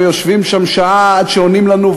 יושבים שם שעה עד שעונים לנו,